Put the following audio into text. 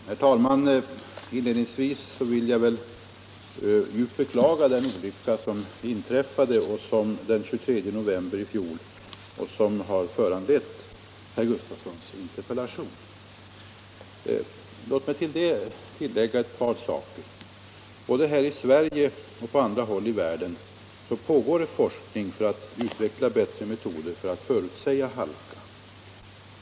Herr talman! Inledningsvis vill jag djupt beklaga den olycka som inträffade den 23 november i fjol och som har föranlett herr Gustafssons i Säffle interpellation. Låt mig tillägga ett par saker. Både här i Sverige och på andra håll i världen pågår forskning för att utveckla bättre metoder för att förutsäga halka.